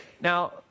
Now